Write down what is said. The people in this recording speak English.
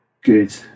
good